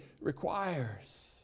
requires